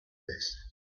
this